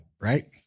right